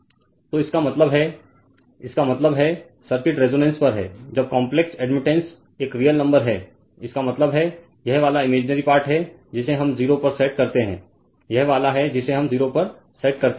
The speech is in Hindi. Refer Slide Time 0209 तो इसका मतलब है इसका मतलब है सर्किट रेजोनेंस पर है जब काम्प्लेक्स एडमिटन्स एक रियल नंबर है इसका मतलब है यह वाला इमेजिनरी पार्ट है जिसे हम 0 पर सेट करते हैं यह वाला हैं जिसे हम 0 पर सेट करते हैं